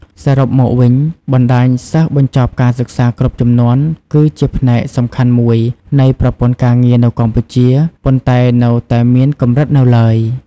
សរុបមកវិញ បណ្តាញសិស្សបញ្ចប់ការសិក្សាគ្រប់ជំនាន់ គឺជាផ្នែកសំខាន់មួយនៃប្រព័ន្ធការងារនៅកម្ពុជា ប៉ុន្តែនៅតែមានកម្រិតនៅឡើយ។